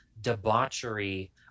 debauchery